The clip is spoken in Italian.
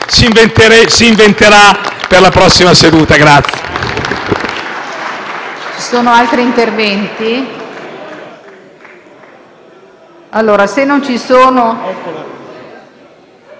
si inventerà per la prossima seduta.